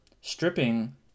stripping